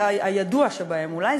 הידוע שבהם אולי,